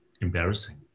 embarrassing